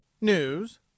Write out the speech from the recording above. News